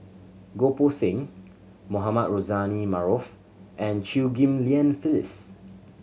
Goh Poh Seng Mohamed Rozani Maarof and Chew Ghim Lian Phyllis